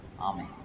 Amen